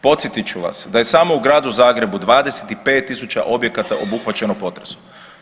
Podsjetit ću vas da je samo u gradu Zagrebu 25000 objekata obuhvaćeno potresom.